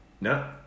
no